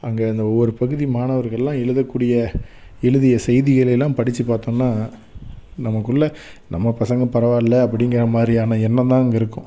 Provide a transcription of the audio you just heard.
அங்கே அந்த ஒவ்வொரு பகுதி மாணவர்களெலாம் எழுதக்கூடிய எழுதிய செய்திகளைலாம் படித்து பார்த்தோன்னா நமக்குள்ள நம்ம பசங்க பரவாயில்ல அப்படிங்கிற மாதிரியான எண்ணந்தான் அங்கே இருக்கும்